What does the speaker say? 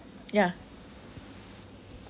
yeah